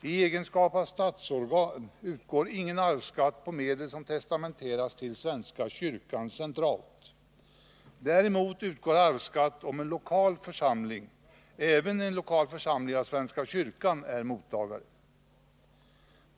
I egenskap av statsorgan utgår ingen arvsskatt på medel som testamenterats till svenska kyrkan centralt. Däremot utgår arvsskatt om en lokal församling — även en lokal församling tillhörande svenska kyrkan — är mottagare.